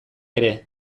ere